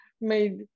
made